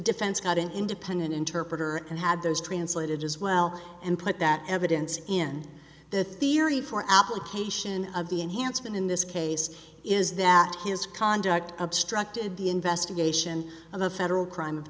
defense got an independent interpreter and had those translated as well and put that evidence in the theory for application of the enhancement in this case is that his conduct obstructed the investigation of a federal crime of